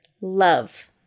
love